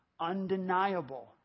undeniable